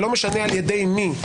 ולא משנה על ידי מי,